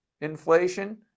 inflation